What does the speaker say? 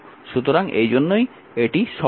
সুতরাং এই জন্যই এটি সহজ